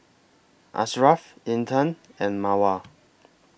Ashraf Intan and Mawar